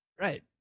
Right